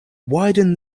widen